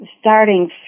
starting